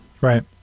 Right